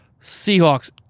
Seahawks